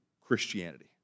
Christianity